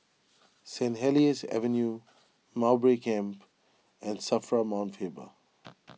Saint Helier's Avenue Mowbray Camp and Safra Mount Faber